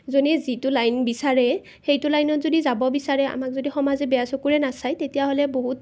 যোনে যিটো লাইন বিচাৰে সেইটো লাইনত যদি যাব বিচাৰে আমাক যদি সমাজে বেয়া চকুৰে নাচায় তেতিয়াহ'লে বহুত